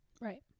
right